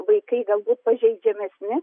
vaikai galbūt pažeidžiamesni